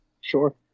Sure